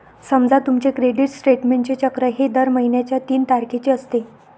समजा तुमचे क्रेडिट स्टेटमेंटचे चक्र हे दर महिन्याच्या तीन तारखेचे असते